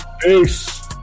Peace